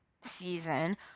season